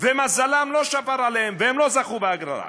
ומזלם לא שפר עליהם והם לא זכו בהגרלה.